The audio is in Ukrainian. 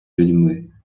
людьми